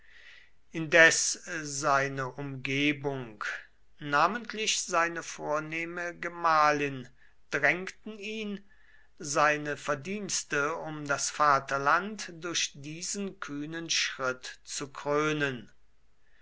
indes seine umgebung namentlich seine vornehme gemahlin drängten ihn seine verdienste um das vaterland durch diesen kühnen schritt zu krönen